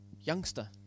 youngster